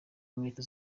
inkweto